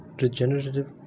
regenerative